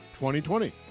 2020